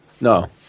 No